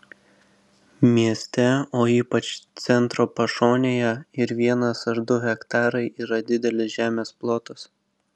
mieste o ypač centro pašonėje ir vienas ar du hektarai yra didelis žemės plotas